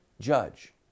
judge